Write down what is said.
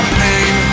pain